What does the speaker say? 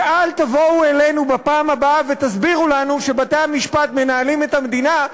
ואל תבואו אלינו בפעם הבאה ותסבירו לנו שבתי-המשפט מנהלים את המדינה,